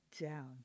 down